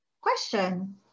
question